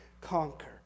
conquer